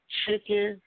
chicken